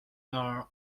are